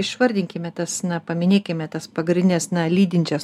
išvardinkime tas na paminėkime tas pagrindines na lydinčias